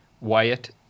Wyatt